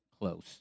close